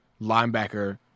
linebacker